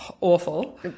awful